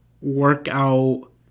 workout